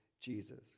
Jesus